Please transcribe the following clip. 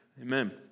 Amen